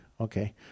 okay